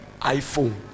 iPhone